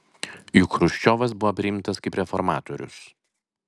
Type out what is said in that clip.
juk chruščiovas buvo priimtas kaip reformatorius